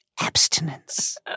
Abstinence